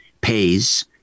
pays